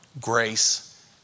Grace